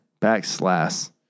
Backslash